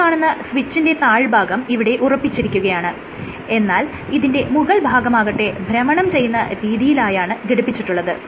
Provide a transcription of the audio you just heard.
ഈ കാണുന്ന സ്വിച്ചിന്റെ താഴ്ഭാഗം ഇവിടെ ഉറപ്പിച്ചിരിക്കുകയാണ് എന്നാൽ ഇതിന്റെ മുകൾഭാഗമാകട്ടെ ഭ്രമണം ചെയ്യുന്ന രീതിലായാണ് ഘടിപ്പിച്ചിട്ടുള്ളത്